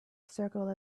circle